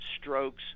strokes